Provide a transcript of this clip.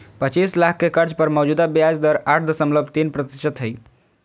पचीस लाख के कर्ज पर मौजूदा ब्याज दर आठ दशमलब तीन प्रतिशत हइ